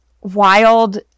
wild